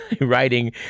writing